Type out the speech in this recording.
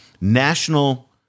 national